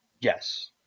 Yes